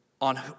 on